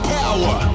power